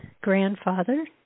grandfather